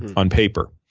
on paper.